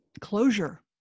closure